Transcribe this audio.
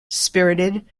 spirited